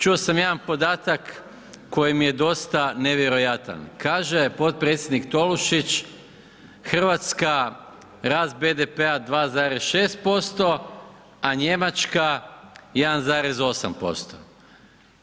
Čuo sam jedan podatak koji mi je dosta nevjerojatan, kaže potpredsjednik Tolušić Hrvatska rast BDP-a 2,6% a Njemačka 1,8%